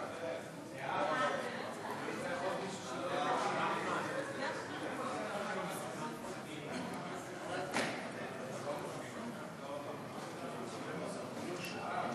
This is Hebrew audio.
הצעת ועדת הכנסת לבחור את חבר הכנסת חמד עמאר